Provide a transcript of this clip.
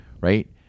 right